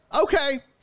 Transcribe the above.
okay